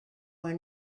were